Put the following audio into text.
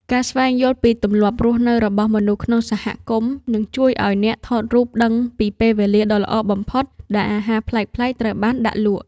ការស្វែងយល់ពីទម្លាប់រស់នៅរបស់ មនុស្សក្នុងសហគមន៍ នឹងជួយឱ្យអ្នកថតរូបដឹងពីពេលវេលាដ៏ល្អបំផុតដែលអាហារប្លែកៗត្រូវបានដាក់លក់។